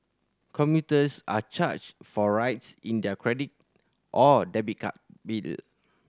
commuters are charged for rides in their credit or debit card bill